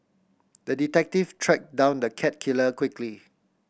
the detective tracked down the cat killer quickly